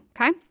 Okay